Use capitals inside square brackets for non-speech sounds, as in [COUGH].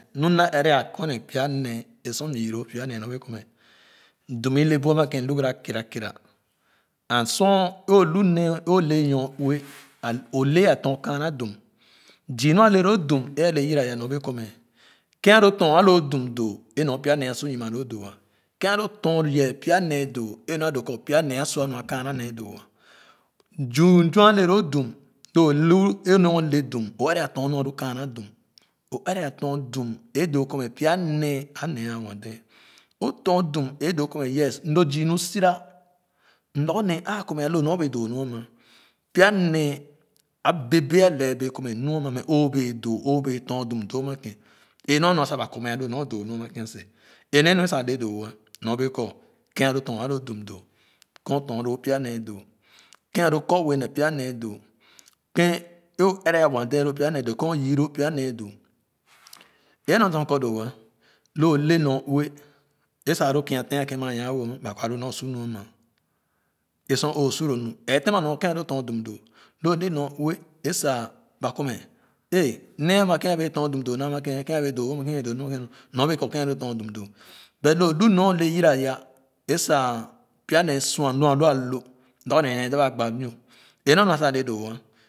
Nu m da ere a Kɔ nee pya nee ẽ sor m yii loo pya nee nor bee kɔ mce dum i le bu a ma kẽn lu gare kerekara and sor ẽ olu nee o le nyor-ue a o [NOISE] lɛɛ tor kaana dum zii nu a le loo dum ẽ ale yiira yah nrr bee ko mɛ kẽn a lo for a lo dum doo ẽ nor pya nee a su yoma lo doo a. Kein a lo for yii pya nee doo e mu. a doo kɔ pya hee a sua nua kaana nee doo a zon sor a le loo dum lo o lu nee o le dum o ere a fɔr nu a lu kaana dum o ere fɔr dum é doo kɔ pya nee a ne a nwa-dee o trr dum é doo kɔ me yes lu zii lu sura lorgor nee a kɔ me alo nyorbee doo nu a ma pya nee a bẽẽbẽẽ a lee bẽẽ kɔ me nu a ma o bee doo o bee. tɔr dum doo ama ken é nɔr a nua saba kɔ me alo nɔr doo nu ama ken seh énu a nua sa a lee doo-wa nyorbee kɔ kèn alo tɔr alo dum doo kɔ o tɔrloo pya nee doo kén alo kɔ ue nee pya nee doo kèn o ere a nwa-dee lo pya nee doo kèn o yii loo pya nee doo énua sa m kɔ doo-ah loo le nyor-ue é sa a lo kia tèn a keimama a nwah wo ama ba kɔ alo nɔr a su nu ama ẽ sur o su lo ny ee toma nɔr kɔ alo tɔn dum doo loo le nyor-we ẽ sa ba kɔ me ẽ nee ama kèn a bee tɔr dum doo na makèn bee doo wo kèn a bee doo wo kèn a bee doo nam nyorbee kèn a loo tɔr dum doo but loo lu nee o le yora ya é sa pya nee sue nu alo lorgor nee ne a da kɔ alo é naa nua sa ale doowo.